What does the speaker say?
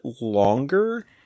longer